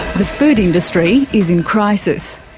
the food industry is in crisis.